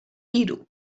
hiru